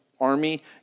army